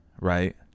right